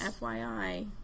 FYI